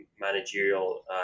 managerial